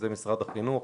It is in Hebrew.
משרד החינוך,